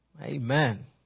Amen